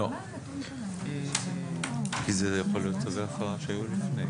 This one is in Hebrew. לא, כי זה יכול להיות צווי הפרה שהיו לפני.